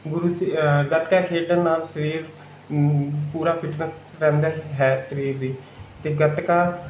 ਗੁਰੂ ਸਿ ਗੱਤਕਾ ਖੇਡਣ ਨਾਲ ਸਰੀਰ ਪੂਰਾ ਫਿਟਨੈਸ ਰਹਿੰਦਾ ਹੈ ਸਰੀਰ ਦੀ ਅਤੇ ਗੱਤਕਾ